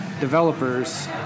developers